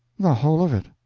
the whole of it.